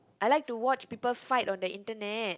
I like to watch people fight on that Internet